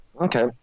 Okay